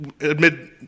admit